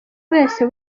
wese